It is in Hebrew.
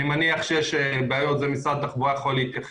אני מניח שיש בעיות ומשרד התחבורה יכול להתייחס